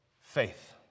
faith